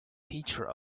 teacher